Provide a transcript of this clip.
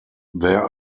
there